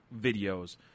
videos